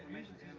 mentioned